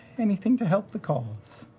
anything to help the cause.